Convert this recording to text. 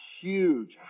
huge